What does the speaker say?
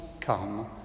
come